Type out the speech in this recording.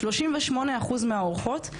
שלושים ושמונה אחוז מהעורכות,